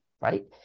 right